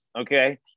okay